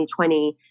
2020